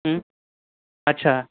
हं अच्छा